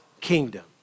kingdom